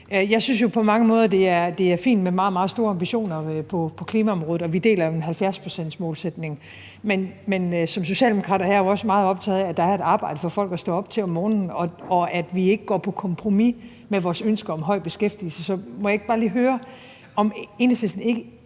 jeg synes jo på mange måder, det er fint med meget, meget store ambitioner på klimaområdet, og vi deler 70-procentsmålsætningen. Men som socialdemokrat er jeg jo også meget optaget af, at der er et arbejde for folk at stå op til om morgenen, og at vi ikke går på kompromis med vores ønske om høj beskæftigelse. Så må jeg ikke bare lige høre, om Enhedslisten ikke